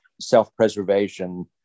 self-preservation